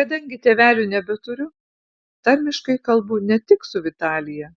kadangi tėvelių nebeturiu tarmiškai kalbu ne tik su vitalija